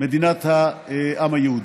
"מדינת העם היהודי".